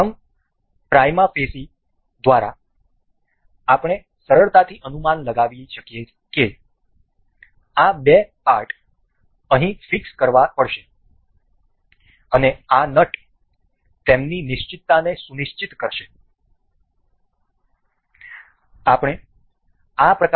તેથી પ્રથમ prima facie દ્વારા આપણે સરળતાથી અનુમાન લગાવી શકીએ કે આ બે પાર્ટ અહીં ફીક્સ કરવા પડશે અને આ નટ તેમની નિશ્ચિતતાને સુનિશ્ચિત કરશે